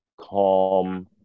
calm